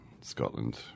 Scotland